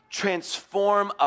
transform